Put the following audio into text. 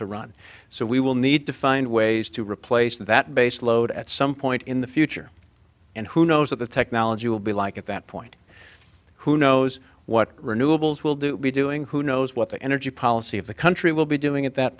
to run so we will need to find ways to replace that base load at some point in the future and who knows what the technology will be like at that point who knows what renewables will do be doing who knows what the energy policy of the country will be doing at that